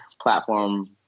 platform